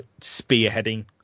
spearheading